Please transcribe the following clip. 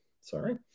sorry